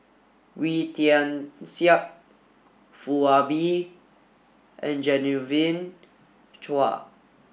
Wee Tian Siak Foo Ah Bee and Genevieve Chua